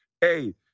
Hey